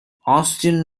austin